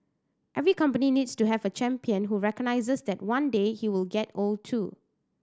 every company needs to have a champion who recognises that one day he will get old too